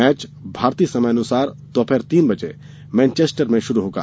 match भारतीय समयानुसार दोपहर तीन बजे मैनचेस्टर में शुरु होगा